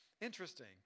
Interesting